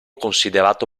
considerato